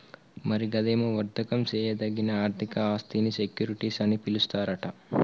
మరి గదేమో వర్దకం సేయదగిన ఆర్థిక ఆస్థినీ సెక్యూరిటీస్ అని పిలుస్తారట